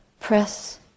press